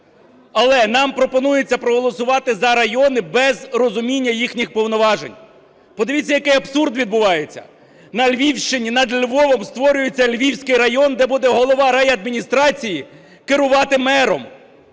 Але нам пропонується проголосувати за райони без розуміння їхніх повноважень. Подивіться, який абсурд відбувається. На Львівщині над Львовом створюється Львівський район, де буде голова райадміністрації керувати мером.